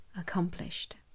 accomplished